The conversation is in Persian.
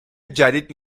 جدید